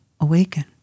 awaken